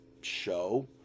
show